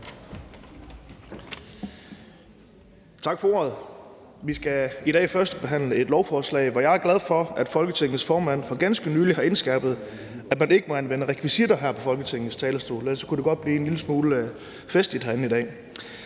Tak for ordet. Vi skal i dag førstebehandle et lovforslag, hvor jeg er glad for, at Folketingets formand for ganske nylig har indskærpet, at man ikke må anvende rekvisitter her på Folketingets talerstol; ellers kunne det godt blive en lille smule festligt herinde i dag.